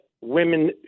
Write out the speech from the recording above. women